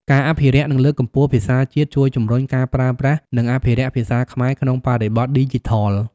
ការអភិរក្ស និងលើកកម្ពស់ភាសាជាតិ ជួយជំរុញការប្រើប្រាស់ និងអភិរក្សភាសាខ្មែរក្នុងបរិបទឌីជីថល។